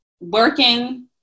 working